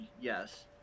yes